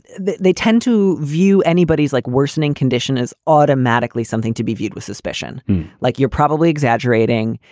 they they tend to view anybodies like worsening condition is automatically something to be viewed with suspicion like you're probably exaggerating.